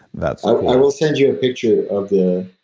that so i will send you a picture of the